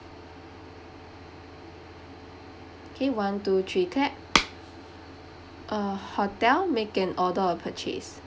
okay one two three clap uh hotel make an order or purchase